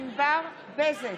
ענבר בזק,